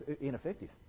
ineffective